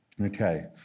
Okay